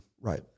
Right